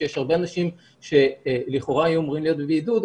שיש הרבה אנשים שלכאורה היו אמורים להיות בבידוד,